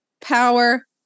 power